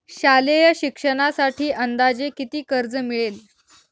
शालेय शिक्षणासाठी अंदाजे किती कर्ज मिळेल?